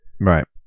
Right